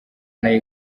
nayo